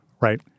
right